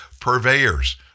purveyors